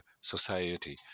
society